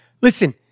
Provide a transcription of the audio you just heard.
listen